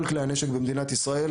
כל כלי הנשק במדינת ישראל,